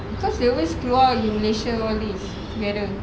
cause they always keluar gi malaysia all this together